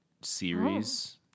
series